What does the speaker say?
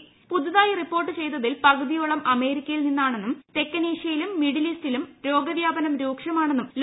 പ്പുതുതായി report ചെയ്തതിൽ പകുതിയോളം അമേരിക്കയിൽ നിന്നാണെന്നും ് തെക്കനേഷ്യയിലും മിഡിൽ ഈസ്റ്റിലും രോഗ് പ്പ്യാപനം രൂക്ഷമാണെന്നും ഡബ്പൂ